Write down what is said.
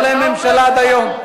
אין להם ממשלה עד היום.